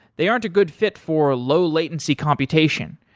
they aren't a good fit for low latency computation,